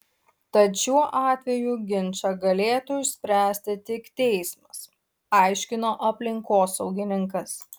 tad šiuo atveju ginčą galėtų išspręsti tik teismas aiškino aplinkosaugininkas